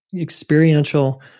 Experiential